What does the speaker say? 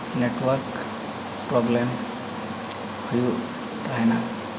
network problem ᱦᱩᱭᱩᱜ ᱛᱟᱦᱮᱱᱟ